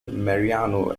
mariano